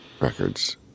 records